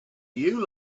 you